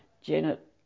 Janet